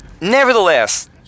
nevertheless